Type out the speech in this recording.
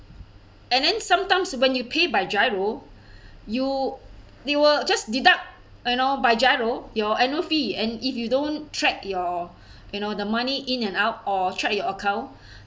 and then sometimes when you pay by GIRO you they will just deduct you know by GIRO your annual fee and if you don't track your you know the money in and out or check your your account